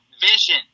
Vision